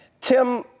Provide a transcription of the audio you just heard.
Tim